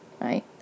right